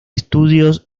estudios